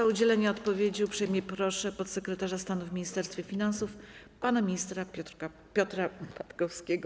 O udzielenie odpowiedzi uprzejmie proszę podsekretarza stanu w Ministerstwie Finansów pana ministra Piotra Patkowskiego.